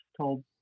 told